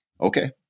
okay